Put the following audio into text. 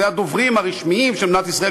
זה הדוברים הרשמיים של מדינת ישראל,